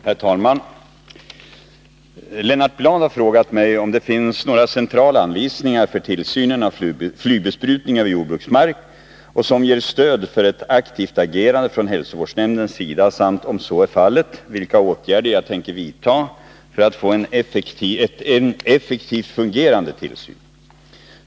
Herr talman! Lennart Bladh har frågat mig om det finns några centrala ANVISNINGAR för tillsynen 2 fygbespruting över Jörabruksnyatrk som ger stöd ning av jordbruksför ett aktivt agerande från hälsovårdsnämndens sida samt, om så är fallet, stark vilka åtgärder jag tänker vidta för att få en effektivt fungerande tillsyn.